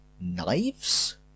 knives